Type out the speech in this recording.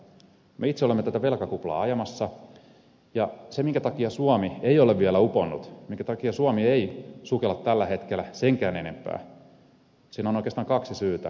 me olemme itse tätä velkakuplaa ajamassa ja siihen minkä takia suomi ei ole vielä uponnut minkä takia suomi ei sukella tällä hetkellä senkään enempää on oikeastaan kaksi syytä